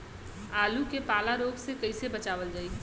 आलू के पाला रोग से कईसे बचावल जाई?